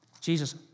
Jesus